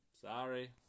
Sorry